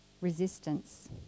resistance